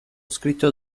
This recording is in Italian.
scritto